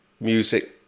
music